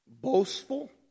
boastful